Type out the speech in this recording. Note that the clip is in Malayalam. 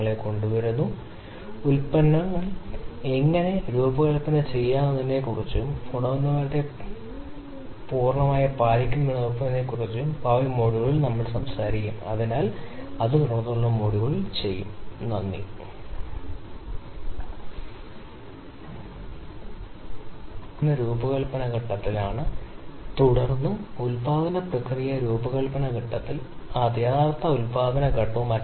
അതിനാൽ നമ്മൾ ഇപ്പോൾ എങ്ങനെ ചേർക്കുന്നുവെന്ന് നോക്കാം അതിനാൽ n ലെ n മൂല്യം എടുക്കുക വർഷം നമുക്ക് ആദ്യത്തെ പദത്തെ ശരാശരി ഗുണനിലവാര നഷ്ടം എന്ന് പ്രതിനിധീകരിക്കുന്നു നമ്മൾക്ക് ഇവിടെ നിന്ന് കാണാൻ കഴിയുന്നതുപോലെ നിങ്ങൾക്ക് ശരാശരി അവതരിപ്പിക്കാൻ സാധ്യതയുണ്ട് സ്വഭാവ സവിശേഷതകൾ µ ഇത് യഥാർത്ഥത്തിൽ ഇതിൽ പ്രത്യേക വഴി